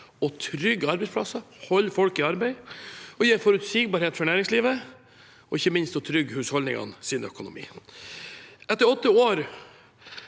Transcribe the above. å trygge arbeidsplasser, holde folk i arbeid, gi forutsigbarhet for næringslivet og ikke minst trygge husholdningenes økonomi. Etter åtte år